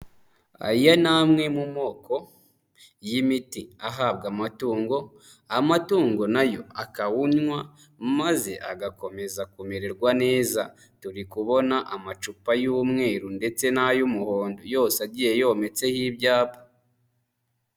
Aya ni amwe mu moko y'imiti ahabwa amatungo, amatungo nayo akawunywa maze agakomeza kumererwa neza, turi kubona amacupa y'umweru ndetse n'ay'umuhondo yose agiye yometseho ibyapa.